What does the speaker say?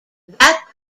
that